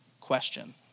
question